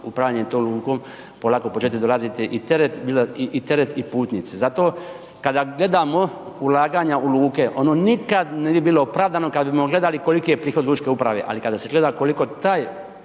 upravljanje tom lukom polako početi dolazit i teret i putnici. I zato kada gledamo ulaganja u luke, ono nikad ne bi bilo opravdano kad bi gledali koliki je prihod lučke uprave, ali kada se gleda koliko taj